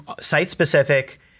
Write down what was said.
site-specific